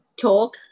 talk